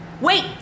Wait